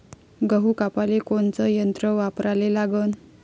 गहू कापाले कोनचं यंत्र वापराले लागन?